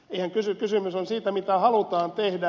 kysymys on siitä mitä halutaan tehdä